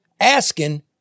asking